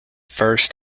first